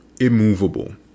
immovable